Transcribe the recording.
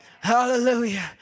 Hallelujah